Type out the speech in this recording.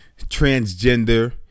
transgender